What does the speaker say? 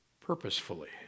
purposefully